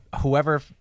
whoever